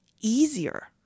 easier